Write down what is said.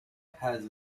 has